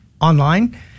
online